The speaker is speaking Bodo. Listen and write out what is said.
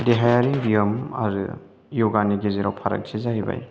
देहायारि ब्याम आरो य'गानि गेजेराव फारागथिआ जाहैबाय